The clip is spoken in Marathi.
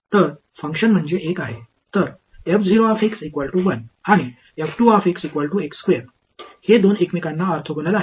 तर फंक्शन म्हणजे 1 आहे तर आणि हे दोन एकमेकांना ऑर्थोगोनल आहेत